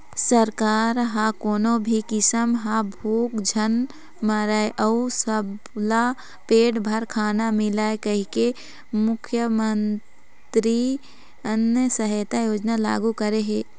सरकार ह कोनो भी किसान ह भूख झन मरय अउ सबला पेट भर खाना मिलय कहिके मुख्यमंतरी अन्न सहायता योजना लागू करे हे